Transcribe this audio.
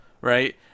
right